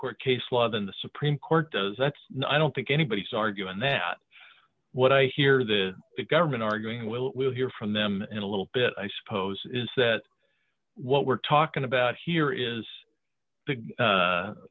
court case law than the supreme court does that's i don't think anybody's arguing that what i hear the government arguing we'll hear from them in a little bit i suppose is that what we're talking about here is the